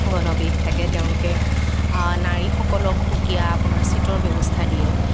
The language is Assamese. গণবেশ থাকে তেওঁলোকে নাৰীসকলক সুকীয়া আপোনাৰ চিটৰ ব্যৱস্থা দিয়ে